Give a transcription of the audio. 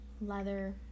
leather